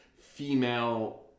female